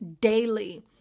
daily